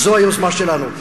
זו היוזמה שלנו.